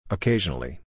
Occasionally